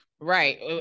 Right